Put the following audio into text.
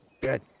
Good